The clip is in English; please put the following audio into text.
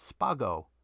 spago